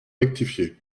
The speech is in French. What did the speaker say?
rectifié